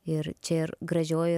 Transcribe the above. ir čia ir gražioji